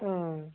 ம்